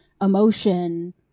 emotion